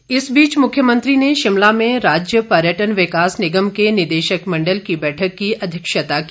पर्यटन विकास इस बीच मुख्यमंत्री ने शिमला में राज्य पर्यटन विकास निगम के निदेशक मंडल की बैठक की अध्यक्षता की